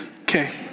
Okay